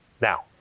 Now